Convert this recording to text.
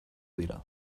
dira